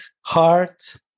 heart